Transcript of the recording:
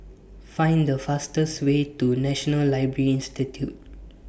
Find The fastest Way to National Library Institute